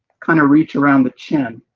kind of reach around the chin,